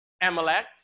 Amalek